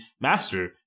master